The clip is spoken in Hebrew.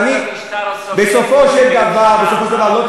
אבל, במשטר הסובייטי 70 שנה.